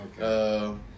Okay